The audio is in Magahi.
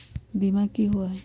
बीमा की होअ हई?